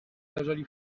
leżeli